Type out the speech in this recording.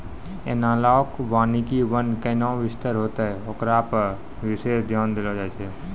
एनालाँक वानिकी वन कैना विस्तार होतै होकरा पर विशेष ध्यान देलो जाय छै